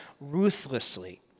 ruthlessly